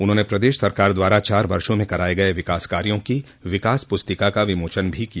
उन्होंने प्रदेश सरकार द्वारा चार वर्षों में कराये गये विकास कार्यों की विकास पुस्तिका का विमोचन भी किया